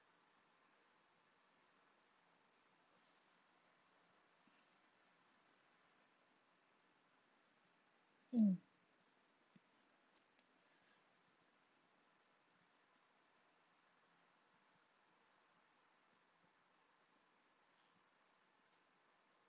mm